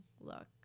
look